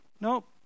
Nope